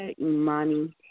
Imani